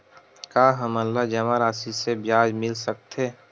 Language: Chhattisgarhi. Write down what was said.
का हमन ला जमा राशि से ब्याज मिल सकथे?